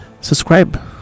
subscribe